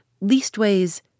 Leastways—